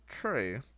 True